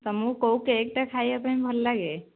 ତୁମକୁ କେଉଁ କେକ୍ଟା ଖାଇବା ପାଇଁ ଭଲ ଲାଗେ